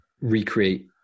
recreate